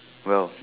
well